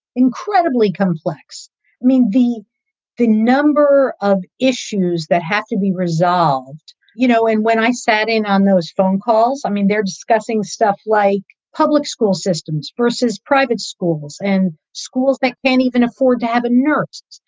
incredibly complex. i mean, the the number of issues that has to be resolved, you know, and when i sat in on those phone calls, i mean, they're discussing stuff like public school systems versus private schools and schools that can't even afford to have a nurse.